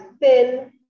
thin